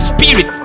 Spirit